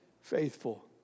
faithful